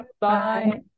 Bye